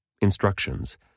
instructions